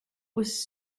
was